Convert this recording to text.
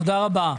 תודה רבה.